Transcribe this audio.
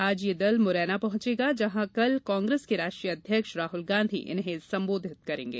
आज यह दल मुरैना पहुंचेगा जहां कल कांग्रेस के राष्ट्रीय अध्यक्ष राहुल गांधी इन्हें संबोधित करेंगे